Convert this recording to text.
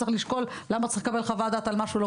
צריך לשקול למה צריך לקבל חוות דעת על משהו לא